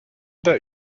der